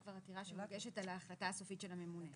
עתירה שמוגשת על ההחלטה הסופית של הממונה.